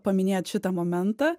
paminėt šitą momentą